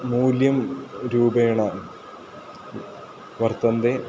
मूल्यं रूपेण वर्तन्ते